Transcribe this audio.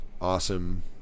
awesome